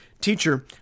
teacher